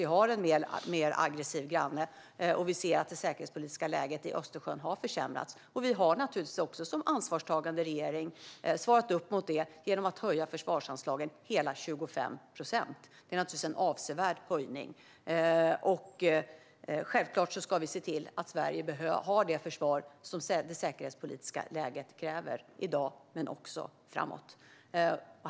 Vi har en mer aggressiv granne, och vi ser att det säkerhetspolitiska läget i Östersjön har försämrats. Vi har naturligtvis också som ansvarstagande regering svarat upp mot detta genom att höja försvarsanslagen med hela 25 procent. Det är en avsevärd höjning. Vi ska självklart se till att Sverige har det försvar som det säkerhetspolitiska läget kräver i dag men också framåt.